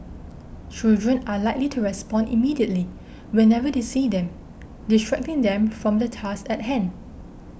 children are likely to respond immediately whenever they see them distracting them from the task at hand